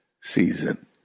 season